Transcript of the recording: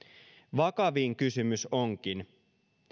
vakavin kysymys onkin